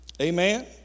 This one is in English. Amen